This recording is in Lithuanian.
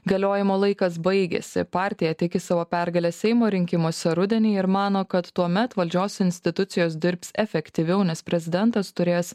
galiojimo laikas baigėsi partija tiki savo pergale seimo rinkimuose rudenį ir mano kad tuomet valdžios institucijos dirbs efektyviau nes prezidentas turės